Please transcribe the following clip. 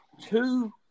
two